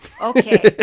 Okay